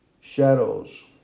shadows